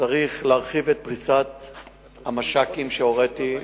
צריך להרחיב את פריסת המש"קים, שהוריתי.